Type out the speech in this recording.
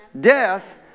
death